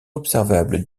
observables